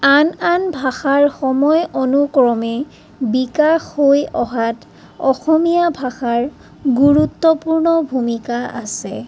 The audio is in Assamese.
আন আন ভাষাৰ সময় অনুক্ৰমে বিকাশ হৈ অহাত অসমীয়া ভাষাৰ গুৰুত্বপূৰ্ণ ভূমিকা আছে